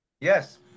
Yes